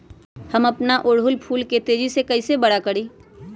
हम अपना ओरहूल फूल के तेजी से कई से बड़ा करी?